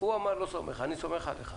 אני סומך עליך.